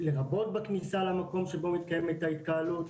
לרבות בכניסה למקום שבו מתקיימת ההתקהלות.